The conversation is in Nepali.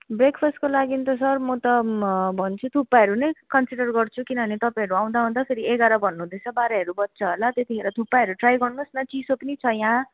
ब्रेकफास्टको लागि त सर म त भन्छु थुक्पाहरू नै कन्सिडर गर्छु किनभने तपाईँहरू आउँदाओर्दाखेरि एघार भन्नुहुँदैछ बाह्रहरू बज्छ होला त्यतिखेर थुक्पाहरू ट्राई गर्नुहोस् न चिसो पनि छ यहाँ